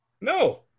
No